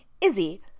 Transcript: Izzy